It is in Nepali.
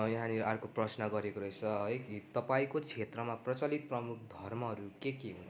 यहाँनिर अर्को प्रश्न गरेको रहेछ है कि तपाईँको क्षेत्रमा प्रचलित प्रमुख धर्महरू के के हुन्